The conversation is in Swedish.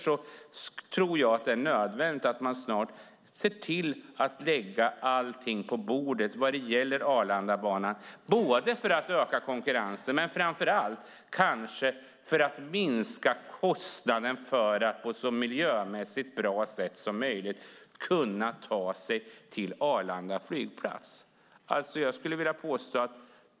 Jag tror att det är nödvändigt att man ser till att lägga allt på bordet när det gäller Arlandabanan för att öka konkurrensen och kanske framför allt för att minska kostnaden för att man på ett miljömässigt så bra sätt som möjligt ska kunna ta sig till Arlanda flygplats.